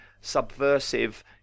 subversive